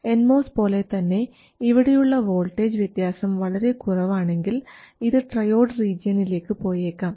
N MOS പോലെ തന്നെ ഇവിടെയുള്ള വോൾട്ടേജ് വ്യത്യാസം വളരെ കുറവാണെങ്കിൽ ഇത് ട്രയോഡ് റീജിയനിലേക്ക് പോയേക്കാം